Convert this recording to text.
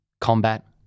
combat